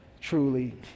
truly